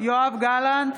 יואב גלנט,